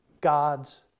God's